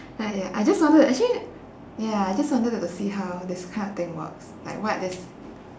uh ya I just wanted actually ya I just wanted to see how this kind of thing works like what this